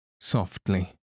softly